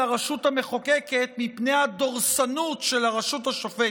הרשות המחוקקת מפני הדורסנות של הרשות השופטת.